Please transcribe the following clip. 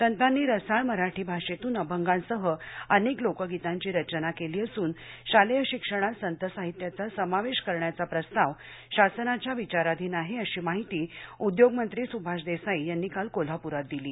संतांनी रसाळ मराठी भाषेतून अभंगांसह अनेक लोकगीताची रचना केली असून शालेय शिक्षणात संत साहित्याचा समावेश करण्याचा प्रस्ताव शासनाच्या विचाराधीन आहे अशी माहिती उद्योग मंत्री सुभाष देसाई यांनी काल कोल्हापुरात दिली